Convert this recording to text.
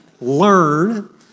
learn